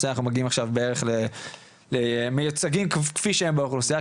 אנחנו מגיעים עכשיו בערך לייצוג כפי שהם באוכלוסיה,